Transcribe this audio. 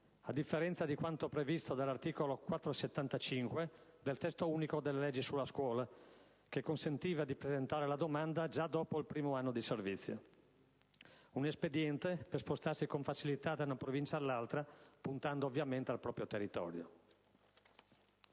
a differenza di quanto previsto dall'articolo 475 del Testo unico delle leggi sulla scuola, che consentiva di presentare la domanda già dopo il primo anno di servizio, un espediente per spostarsi con facilità da una provincia all'altra, puntando ovviamente al proprio territorio.